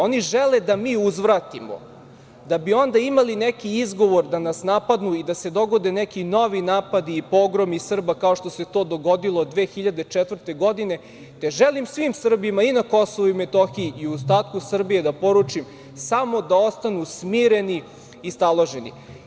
Oni žele da mi uzvratimo, da bi onda imali neki izgovor da nas napadnu i da se dogode neki novi napadi i pogromi Srba kao što se to dogodilo 2004. godine, te želim svim Srbima i na Kosovu i Metohiji i ostatku Srbije da poručim samo da ostanu smireni i staloženi.